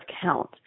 count